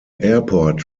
airport